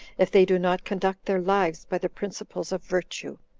if they do not conduct their lives by the principles of virtue.